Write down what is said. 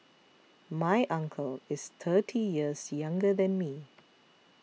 my uncle is thirty years younger than me